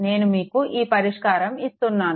నేను మీకు ఈ పరిష్కారం ఇస్తున్నాను